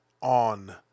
on